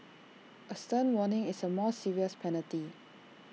A stern warning is A more serious penalty